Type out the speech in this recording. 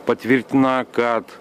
patvirtina kad